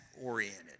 oriented